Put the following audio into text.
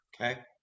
okay